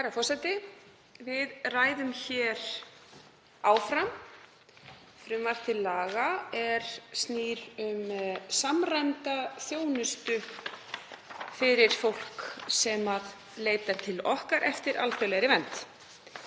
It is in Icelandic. Herra forseti. Við ræðum hér áfram frumvarp til laga er snýr að samræmdri þjónustu fyrir fólk sem leitar til okkar eftir alþjóðlegri vernd.